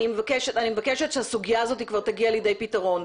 אני מבקשת שהסוגיה הזאת תגיע כבר לכדי פתרון.